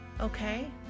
okay